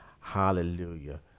Hallelujah